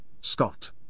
Scott